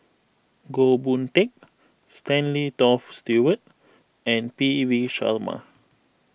Goh Boon Teck Stanley Toft Stewart and P V Sharma